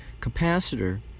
capacitor